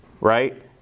right